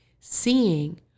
seeing